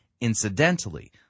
incidentally